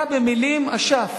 אתה במלים אשף